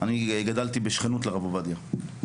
אני גדלתי בשכנות לרב עובדיה.